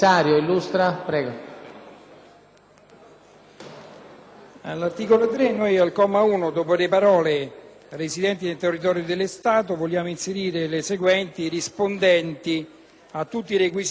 all'articolo 3, comma 1, dopo le parole: «residenti nel territorio dello Stato» vogliamo inserire le seguenti: «rispondenti a tutti i requisiti indicati dalle seguenti lettere».